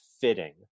fitting